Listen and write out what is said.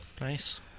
Nice